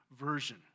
version